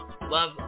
love